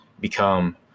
become